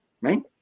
right